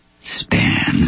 span